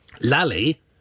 Lally